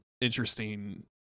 interesting